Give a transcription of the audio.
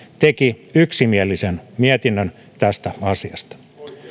teki yksimielisen mietinnön tästä asiasta